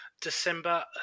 December